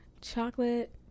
Chocolate